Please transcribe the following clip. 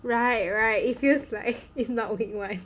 right right it feels like it's not week one